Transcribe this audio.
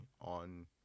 on